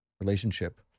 relationship